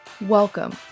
Welcome